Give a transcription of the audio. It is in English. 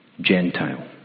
Gentile